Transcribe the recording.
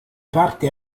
parte